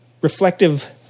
reflective